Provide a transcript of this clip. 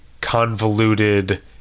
convoluted